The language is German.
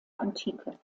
antike